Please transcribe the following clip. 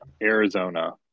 Arizona